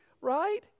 right